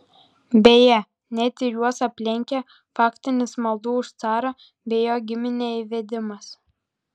beje net ir juos aplenkė faktinis maldų už carą bei jo giminę įvedimas